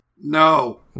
No